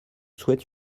souhaite